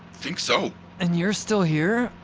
think so and you're still here?